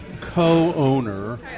co-owner